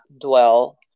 dwell